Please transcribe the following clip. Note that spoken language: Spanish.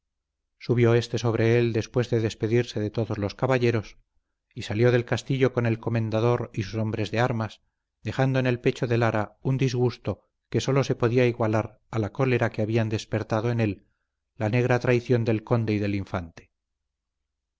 subió éste sobre él después de despedirse de todos los caballeros y salió del castillo con el comendador y sus hombres de armas dejando en el pecho de lara un disgusto que sólo se podía igualar a la cólera que habían despertado en él la negra traición del conde y del infante